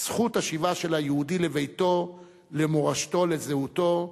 זכות השיבה של היהודי לביתו, למורשתו, לזהותו.